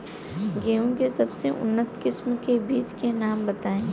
गेहूं के सबसे उन्नत किस्म के बिज के नाम बताई?